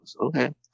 Okay